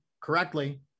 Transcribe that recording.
correctly